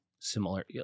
similar